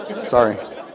Sorry